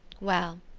well,